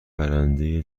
برنده